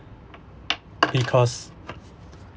because